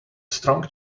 strong